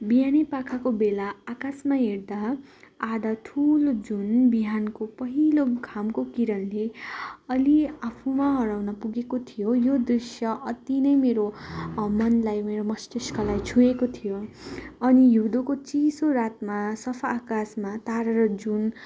बिहानी पखको बेला आकाशमा हेर्दा आधा ठुलो जून बिहानको पहिलो घामको किरणले अलि आफूमा हराउन पुगेको थियो यो दृश्य अति नै मेरो मनलाई मेरो मस्तिष्कलाई छुएको थियो अनि हिउँदोको चिसो रातमा सफा आकासमा तारा र जून